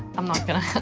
i'm not gonna